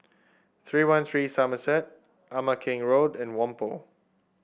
Three One Three Somerset Ama Keng Road and Whampoa